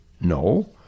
No